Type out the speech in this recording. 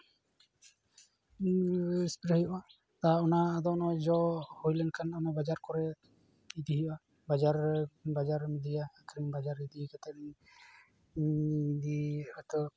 ᱨᱮ ᱥᱯᱨᱮ ᱦᱩ ᱩᱜᱼᱟ ᱚᱱᱟ ᱟᱫᱚ ᱡᱚ ᱦᱩᱭᱞᱮᱱᱠᱷᱟᱱ ᱚᱱᱟ ᱵᱟᱡᱟᱨ ᱠᱚᱨᱮ ᱤᱫᱤ ᱦᱩᱭᱩᱜᱼᱟ ᱵᱟᱡᱟᱨ ᱵᱟᱡᱟᱨᱮᱢ ᱤᱫᱤᱭᱟ ᱟᱠᱷᱨᱤᱧ ᱵᱟᱡᱟᱨ ᱤᱫᱤ ᱠᱟᱛᱮ ᱤᱫᱤ ᱟᱫᱚ